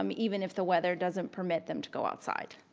um even if the weather doesn't permit them to go outside.